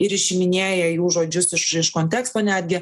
ir išiminėja jų žodžius iš konteksto netgi